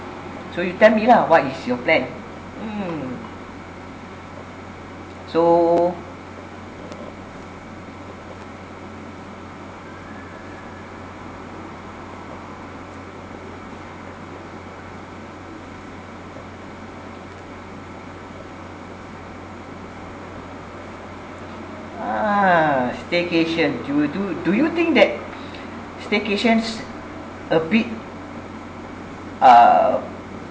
so you tell me lah what is your plan mm so ah staycation do do do you think that staycations a bit uh